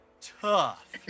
tough